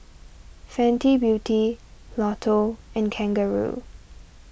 Fenty Beauty Lotto and Kangaroo